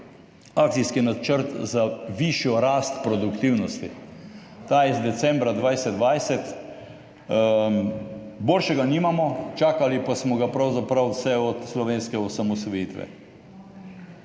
akcijski načrt za višjo rast produktivnosti, ta je iz decembra 2020. Boljšega nimamo, čakali pa smo ga pravzaprav vse od slovenske osamosvojitve.